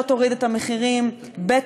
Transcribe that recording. לא תוריד את המחירים, ב.